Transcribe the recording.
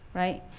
right?